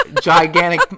Gigantic